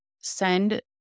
send